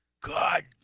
God